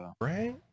Right